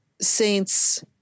saints